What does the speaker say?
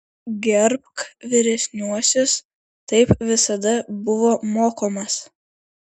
gerbk vyresniuosius taip visada buvo mokomas